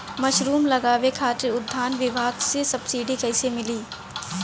Mushroom लगावे खातिर उद्यान विभाग से सब्सिडी कैसे मिली?